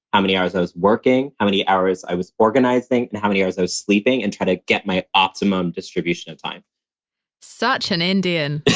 how many hours i was working. how many hours i was organizing. and how many hours i was sleeping and try to get my optimum distribution of time such an indian